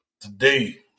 Today